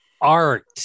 art